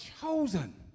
chosen